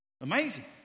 Amazing